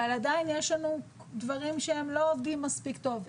אבל עדיין יש לנו דברים שלא עובדים מספיק טוב,